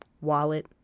Wallet